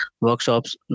workshops